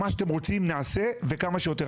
מה שאתם רוצים נעשה, וכמה שיותר.